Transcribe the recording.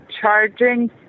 charging